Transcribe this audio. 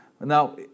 Now